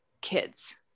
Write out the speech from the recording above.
kids